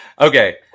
Okay